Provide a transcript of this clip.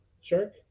shark